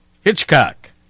Hitchcock